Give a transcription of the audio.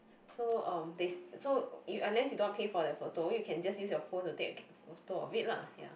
so uh so unless you don't want to pay for that photo you can just use your phone to take a to take a photo of it lah ya